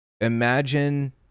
Imagine